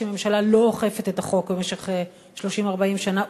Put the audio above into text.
כשממשלה לא אוכפת את החוק במשך 40-30 שנה,